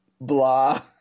blah